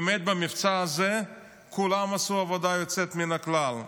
באמת, במבצע הזה כולם עשו עבודה יוצאת מן הכלל,